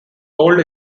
old